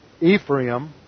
Ephraim